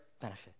benefit